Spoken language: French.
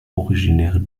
originaire